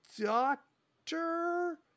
doctor